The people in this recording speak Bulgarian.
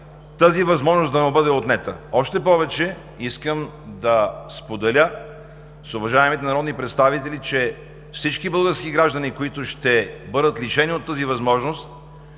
тази възможност да му бъде отнета. Още повече искам да споделя с уважаемите народни представители, че всички български граждани, които ще бъдат лишени от тази възможност,